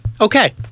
Okay